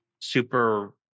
super